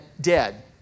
dead